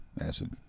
acid